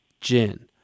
gin